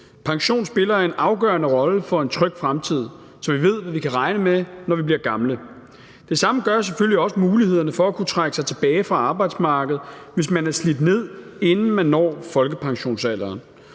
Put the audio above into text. Pension spiller en afgørende rolle for en tryg fremtid, så vi ved, hvad vi kan regne med, når vi bliver gamle. Det samme gør selvfølgelig også mulighederne for at kunne trække sig tilbage fra arbejdsmarkedet, hvis man er slidt ned, inden man når folkepensionsalderen,